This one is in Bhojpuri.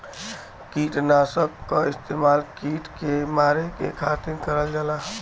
किटनाशक क इस्तेमाल कीट के मारे के खातिर करल जाला